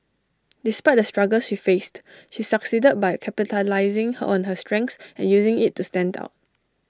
despite the struggles she faced she succeeded by capitalising her on her strengths and using IT to stand out